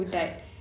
!huh!